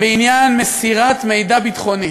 בעניין מסירת מידע ביטחוני.